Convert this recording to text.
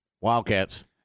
Wildcats